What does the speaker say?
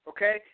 Okay